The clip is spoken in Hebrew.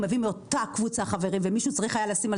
הוא מביא מאותה הקבוצה חברים ומישהו היה צריך לשים על